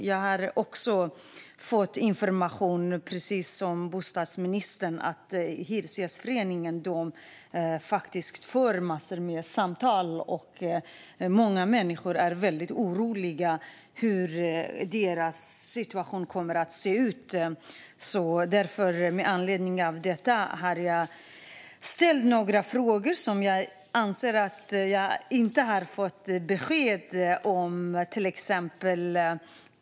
Jag har, precis som bostadsministern, fått information om att Hyresgästföreningen får massor med samtal. Många människor är mycket oroliga över hur deras situation kommer att se ut. Med anledning av detta har jag ställt några frågor som jag anser att jag inte har fått svar på.